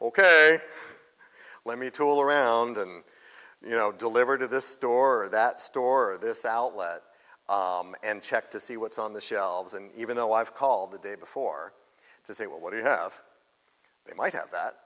ok let me tool around and you know deliver to this store that store this outlet and check to see what's on the shelves and even though i've called the day before to say well what do you have they might have that